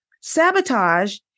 Sabotage